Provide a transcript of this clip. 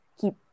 keep